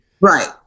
Right